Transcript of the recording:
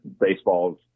Baseball